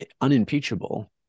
unimpeachable